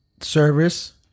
service